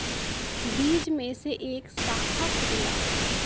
बीज में से एक साखा फूटला